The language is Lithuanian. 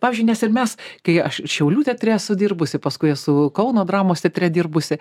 pavyzdžiui nes ir mes kai aš šiaulių teatre esu dirbusi paskui esu kauno dramos teatre dirbusi